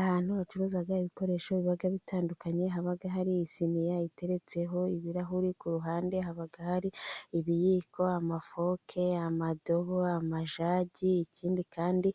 Ahantu bacuruza ibikoresho biba bitandukanye, haba hari isiniya iteretseho ibirahuri, ku ruhande haba hari ibiyiko, amafoke, amadobo, amajagi, ikindi kandi